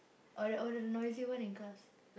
or the or the noisy one in class